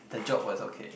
the joke was okay